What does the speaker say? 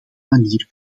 manier